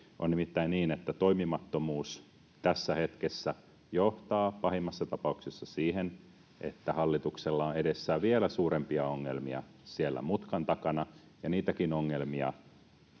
On nimittäin niin, että toimimattomuus tässä hetkessä johtaa pahimmassa tapauksessa siihen, että hallituksella on edessään vielä suurempia ongelmia mutkan takana, ja niitäkin ongelmia